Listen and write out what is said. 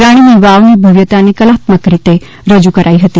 રાણીની વાવની ભવ્યતાને કલાત્મક રીતે રજૂ કરાઇ હતી